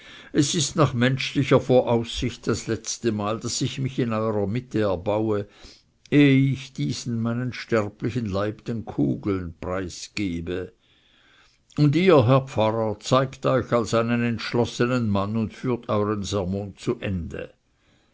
es ist nach menschlicher voraussicht das letztemal daß ich mich in eurer mitte erbaue ehe ich diesen meinen sterblichen leib den kugeln preisgebe und ihr herr pfarrer zeigt euch als einen entschlossenen mann und führt euern sermon zu ende